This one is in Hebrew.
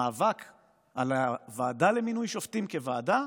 המאבק הוא על הוועדה למינוי שופטים כוועדה,